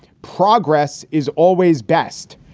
progress is always best.